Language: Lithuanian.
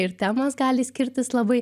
ir temos gali skirtis labai